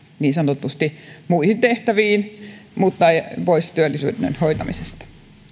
niin sanotusti heittää muihin tehtäviin pois työllisyyden hoitamisesta